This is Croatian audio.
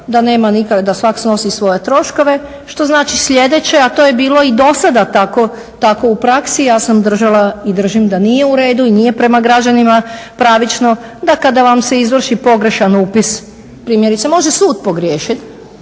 da svako snosi svoje troškove što znači sljedeće, a to je bilo i do sada tako u praksi. Ja sam držala i držim da nije uredu i nije prema građanima pravično da kada vam se izvrši pogrešan upis, primjerice može sud pogriješiti,